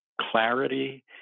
clarity